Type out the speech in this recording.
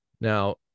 Now